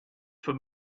for